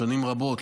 שנים רבות,